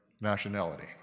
nationality